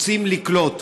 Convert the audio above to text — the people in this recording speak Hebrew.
רוצים לקלוט,